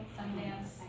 Sundance